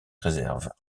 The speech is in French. réserve